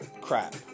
crap